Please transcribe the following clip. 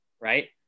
right